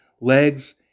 legs